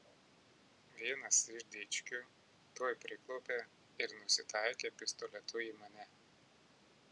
vienas iš dičkių tuoj priklaupė ir nusitaikė pistoletu į mane